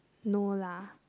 no lah